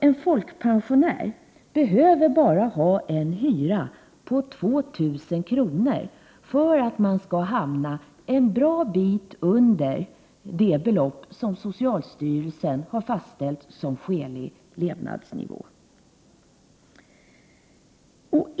En folkpensionär behöver bara ha en hyra på 2 000 kr. för att hamna en bra bit under det belopp som socialstyrelsen har fastställt att motsvara en skälig levnadsnivå.